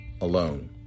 alone